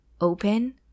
open